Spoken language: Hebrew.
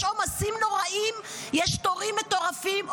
יש עומסים נוראיים, יש תורים מטורפים.